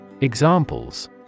Examples